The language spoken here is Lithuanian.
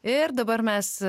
ir dabar mes